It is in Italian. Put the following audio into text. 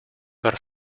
per